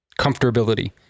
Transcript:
comfortability